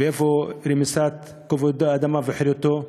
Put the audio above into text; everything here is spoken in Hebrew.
איפה רמיסת כבוד האדם וחירותו?